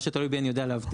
מה שתלוי בי אני יודע להבטיח,